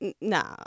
nah